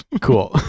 Cool